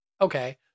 okay